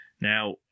now